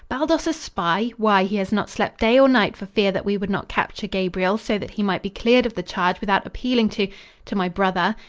baldos a spy! why, he has not slept day or night for fear that we would not capture gabriel so that he might be cleared of the charge without appealing to to my brother.